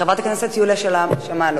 חברת הכנסת יוליה שמאלוב.